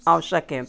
आवश्यक है